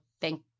thank